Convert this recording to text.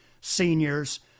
seniors